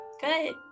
Good